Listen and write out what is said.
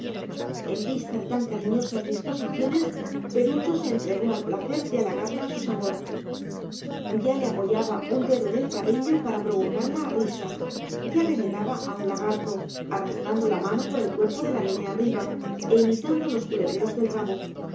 en vista de tan cariñosas disposiciones perucho se entregó al placer de halagarla a su sabor ya le apoyaba un dedo en el carrillo para provocarla a risa ya remedaba a un lagarto arrastrando la mano por el cuerpo de la nené arriba e imitando los culebreos del rabo